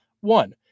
One